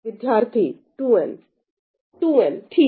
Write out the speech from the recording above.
विद्यार्थी 2n 2n ठीक